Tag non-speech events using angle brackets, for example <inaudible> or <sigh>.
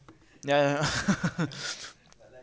ya ya <laughs>